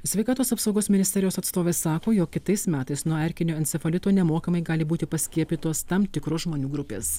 sveikatos apsaugos ministerijos atstovė sako jog kitais metais nuo erkinio encefalito nemokamai gali būti paskiepytos tam tikros žmonių grupės